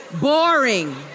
Boring